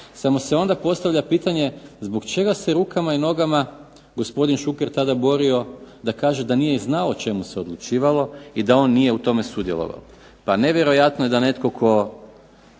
Samo se onda postavlja pitanje zbog čega se rukama i nogama gospodin Šuker tada borio da kaže da nije znao o čemu se odlučivalo i da on nije u tome sudjelovao. Pa nevjerojatno je da netko tko